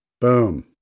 boom